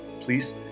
please